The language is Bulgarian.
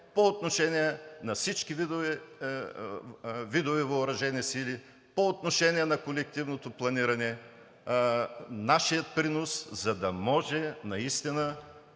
по отношение на всички видове въоръжени сили, по отношение на колективното планиране, за да може наистина